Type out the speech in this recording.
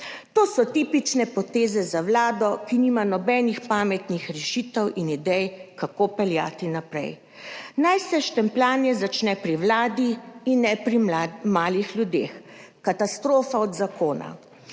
To so tipične poteze za Vlado, ki nima nobenih pametnih rešitev in idej, kako peljati naprej. Naj se štempljanje začne pri Vladi in ne pri malih ljudeh! Katastrofa od zakona!